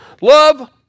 love